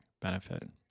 benefit